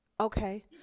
Okay